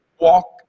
walk